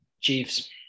Chiefs